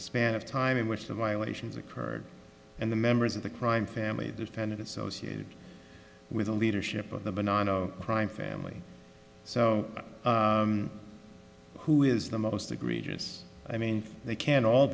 span of time in which the violations occurred and the members of the crime family defended associated with the leadership of the crime family so who is the most egregious i mean they can all